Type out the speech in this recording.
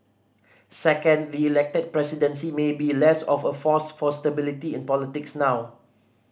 second the Elected Presidency may be less of a force for stability in politics now